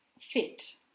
fit